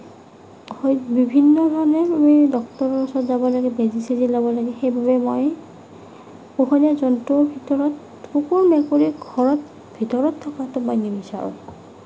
হয় বিভিন্ন ধৰণে আমি ডক্তৰৰ ওচৰত যাব লাগে বেজী চেজী ল'ব লাগে সেইবাবেই মই পোহনীয়া জন্তুৰ ভিতৰত কুকুৰ মেকুৰীক ঘৰত ভিতৰত থকাটো মই নিবিচাৰোঁ